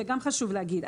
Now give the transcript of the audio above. זה גם חשוב להגיד.